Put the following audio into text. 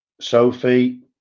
sophie